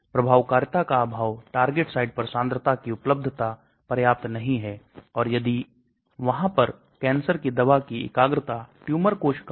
इसका उद्देश्य अंदर की विषाक्तता कम करना है लेकिन यह आप की दवा को भी बाहर फेंक सकता है